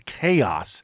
chaos